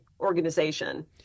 organization